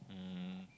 um